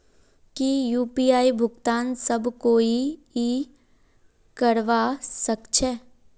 की यु.पी.आई भुगतान सब कोई ई करवा सकछै?